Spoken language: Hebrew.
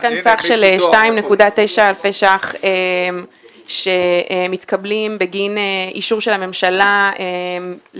יש כאן סך של 2,900 אלפי ש"ח שמתקבלים בגין אישור של הממשלה להסכמים